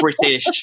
British